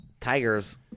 Tigers